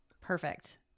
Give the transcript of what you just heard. Perfect